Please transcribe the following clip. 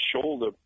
shoulder